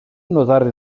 nuotare